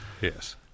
Yes